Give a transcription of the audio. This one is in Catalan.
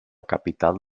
capital